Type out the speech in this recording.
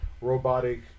robotic